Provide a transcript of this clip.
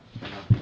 can lah